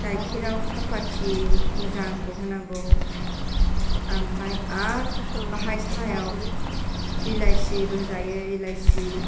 गायखेराव साहाफाथि मोजांखौ होनांगौ ओमफ्राय आरो बाहाय साहायाव इलाइसिबो होजायो इलाइसि